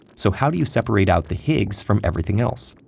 so how do you separate out the higgs from everything else?